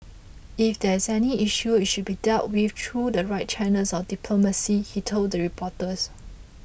if there is any issue it should be dealt with through the right channels of diplomacy he told reporters